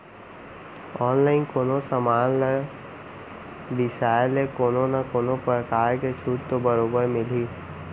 online कोनो समान ल बिसाय ले कोनो न कोनो परकार के छूट तो बरोबर मिलही